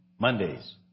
Mondays